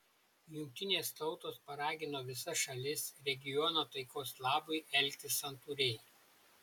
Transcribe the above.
jungtinės tautos paragino visas šalis regiono taikos labui elgtis santūriai